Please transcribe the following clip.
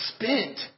spent